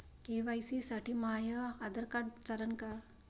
KYC साठी माह्य Aadhaar card चालन का?